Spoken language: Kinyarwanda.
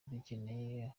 dukeneye